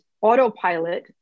autopilot